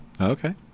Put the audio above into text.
Okay